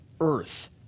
earth